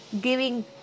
giving